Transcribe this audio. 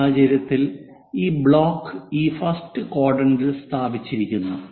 ഈ സാഹചര്യത്തിൽ ഈ ബ്ലോക്ക് ഈ ഫസ്റ്റ് ക്വാഡ്രന്റിൽ സ്ഥാപിച്ചിരിക്കുന്നു